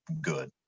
good